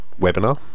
webinar